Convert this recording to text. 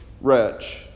wretch